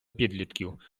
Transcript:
підлітків